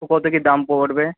কত কি দাম পড়বে